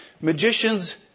Magicians